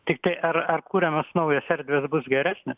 tiktai ar ar kuriamos naujos erdvės bus geresnės